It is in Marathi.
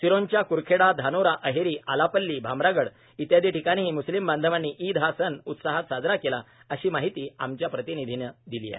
सिरोंचा क्रखेडा धानोरा अहेरी आलापल्ली भामरागड इत्यादी ठिकाणीही मुस्लिम बांधवांनी ईद हा सण उत्साहात साजरा केला अशी माहिती आमच्या प्रतिनिधीने दिली आहे